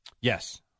Yes